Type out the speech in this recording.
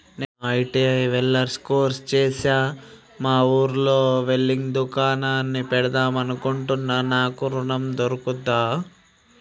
నేను ITI welder course చేశ్న మా ఊర్లో వెల్డింగ్ దుకాన్ పెడదాం అనుకుంటున్నా నాకు ఋణం దొర్కుతదా?